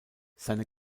seine